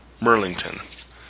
Merlington